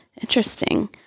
Interesting